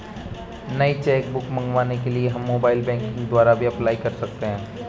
नई cheque book मंगवाने के लिए हम मोबाइल बैंकिंग द्वारा भी अप्लाई कर सकते है